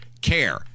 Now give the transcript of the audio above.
care